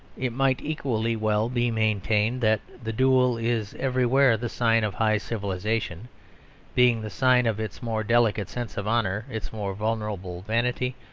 it might equally well be maintained that the duel is everywhere the sign of high civilisation being the sign of its more delicate sense of honour, its more vulnerable vanity,